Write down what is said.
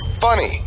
Funny